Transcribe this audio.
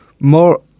more